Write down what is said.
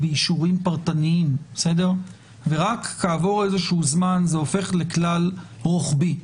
באישורים פרטניים ורק כעבור זמן זה הופך לכלל רוחבי.